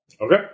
Okay